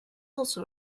also